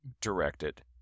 directed